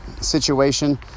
situation